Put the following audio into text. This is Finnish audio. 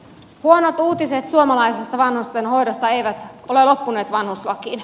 huonot uutiset suomalaisesta vanhustenhoidosta eivät ole loppuneet vanhuslakiin